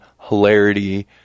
hilarity